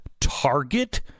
target